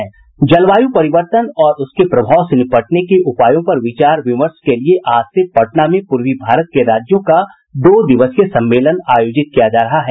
जलवायु परिवर्तन और उसके प्रभाव से निपटने के उपायों पर विचार विमर्श के लिए आज से पटना में पूर्वी भारत के राज्यों का दो दिवसीय सम्मेलन आयोजित किया जा रहा है